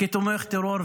כתומך טרור,